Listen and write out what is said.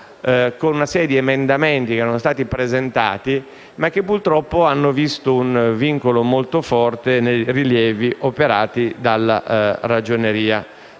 con una serie di emendamenti che erano stati presentati, ma purtroppo vi è stato un vincolo molto forte nei rilievi operati dalla Ragioneria